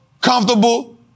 comfortable